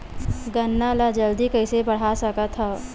गन्ना ल जल्दी कइसे बढ़ा सकत हव?